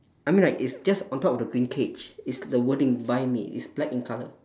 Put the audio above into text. I mean like it's just on top of the green cage it's the wording buy me it's black in colour